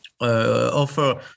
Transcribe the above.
Offer